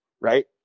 right